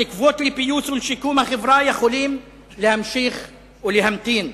התקוות לפיוס ולשיקום החברה יכולות להמשיך להמתין.